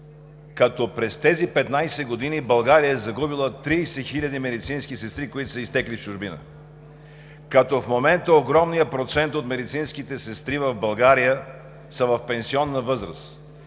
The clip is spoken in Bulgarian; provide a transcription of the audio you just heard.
като през тези 15 години България е загубила 30 000 медицински сестри, които са изтекли в чужбина; като в момента огромният процент от медицинските сестри в България са в пенсионна възраст;